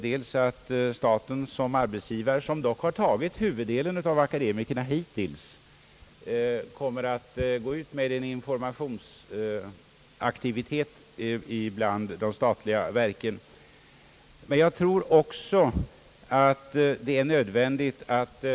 Han säger att staten som arbetsgivare — som dock hittills tagit huvuddelen av akademikerna — kommer att bedriva en informationsaktivitet i de statliga verken. Jag tror för min del att det är nödvändigt att ut Ang.